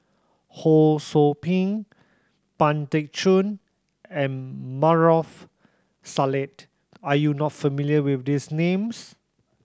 Ho Sou Ping Pang Teck Joon and Maarof Salleh are you not familiar with these names